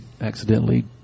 accidentally